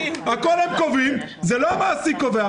הכול הם קובעים, זה לא המעסיק קובע.